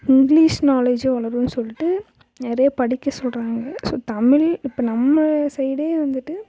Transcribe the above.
English நாலேஜும் வளரும்னு சொல்லிட்டு நிறைய படிக்க சொல்கிறாங்க ஸோ தமிழ் இப்போ நம்ம சைடே வந்துவிட்டு